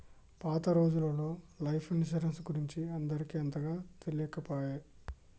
పాత రోజులల్లో life insurance గురించి అందరికి అంతగా తెలియకపాయె